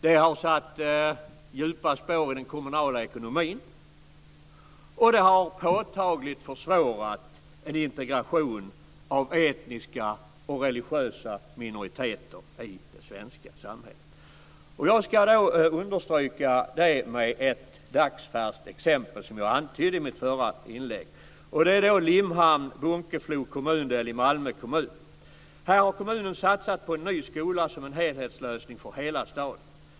Detta har satt djupa spår i den kommunala ekonomin och det har påtagligt försvårat en integration av etniska och religiösa minoriteter i det svenska samhället. Jag vill understryka detta med ett dagsfärskt exempel, som jag antydde i mitt förra inlägg. Det gäller Där har kommunen satsat på en ny skola som en helhetslösning för hela staden.